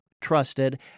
...trusted